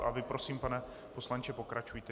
A vy prosím, pane poslanče, pokračujte.